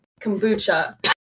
Kombucha